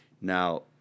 Now